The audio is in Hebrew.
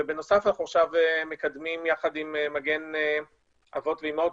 בנוסף אנחנו עכשיו מקדמים יחד עם מגן אבות ואמהות,